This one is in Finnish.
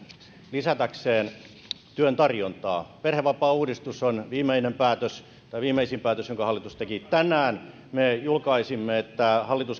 lisätäkseen työn tarjontaa perhevapaauudistus on viimeisin päätös jonka hallitus teki tänään me julkaisimme että hallitus